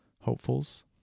hopefuls